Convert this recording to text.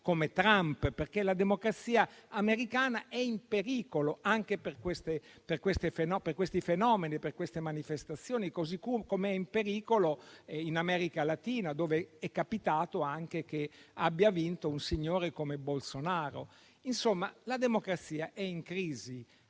come Trump. La democrazia americana è in pericolo, anche per questi fenomeni e quelle manifestazioni, così come è in pericolo in America Latina, dove è capitato anche che abbia vinto un signore come Bolsonaro. Insomma, la democrazia è in crisi.